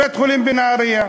בית-החולים בנהרייה.